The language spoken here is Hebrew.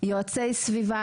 יועצי סביבה.